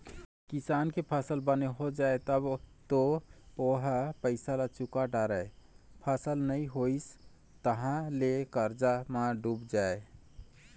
किसान के फसल बने हो जाए तब तो ओ ह पइसा ल चूका डारय, फसल नइ होइस तहाँ ले करजा म डूब जाए